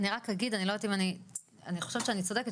אני רק אגיד ואני חושבת שאני צודקת,